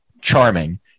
charming